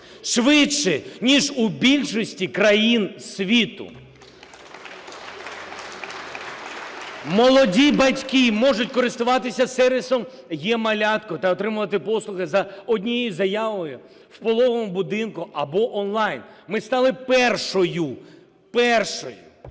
швидше, ніж у більшості країн світу. Молоді батьки можуть користуватися сервісом "е-Малятко" та отримувати послуги за однією заявою в пологовому будинку або онлайн. Ми стали першою – першою!